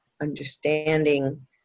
understanding